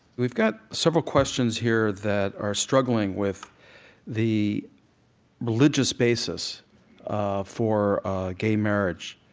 we've got several questions here that are struggling with the religious basis ah for gay marriage.